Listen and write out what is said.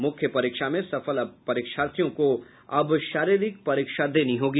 मुख्य परीक्षा में सफल परीक्षार्थियों को अब शरीरिक परीक्षा देनी होगी